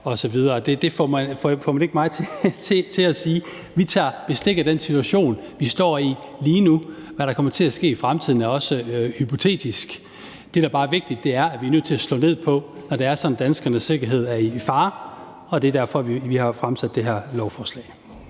det får man ikke mig til at sige. Vi tager bestik af den situation, vi står i lige nu. Hvad der kommer til at ske i fremtiden, er også hypotetisk. Det, der bare er vigtigt, er, at vi er nødt til at slå ned på det, når det er sådan, at danskernes sikkerhed er i fare, og det er derfor, at vi har fremsat det her lovforslag.